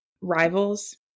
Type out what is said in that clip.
rivals